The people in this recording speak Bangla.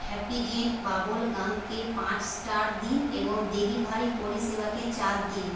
হ্যাপিডেন্ট বাবল গামকে পাঁচ স্টার দিন এবং ডেলিভারি পরিষেবাকে চার দিন